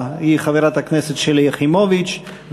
שלי יחימוביץ.